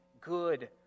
good